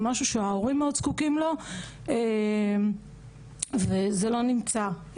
משהו שההורים מאוד זקוקים לו וזה לא בנמצא.